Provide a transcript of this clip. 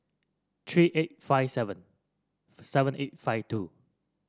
three eight five seven seven eight five two